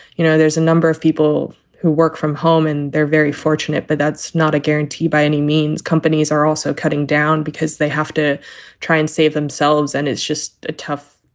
you know, there's a number of people who work from home and they're very fortunate. but that's not a guarantee by any means. companies are also cutting down because they have to try and save themselves and it's just a tough,